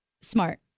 Smart